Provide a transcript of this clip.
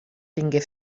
tingué